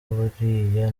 buriya